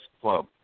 club